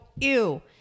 ew